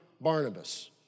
Barnabas